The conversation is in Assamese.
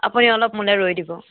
আপুনি অলপ মোলে ৰৈ দিব